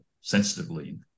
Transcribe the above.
sensitively